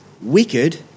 wicked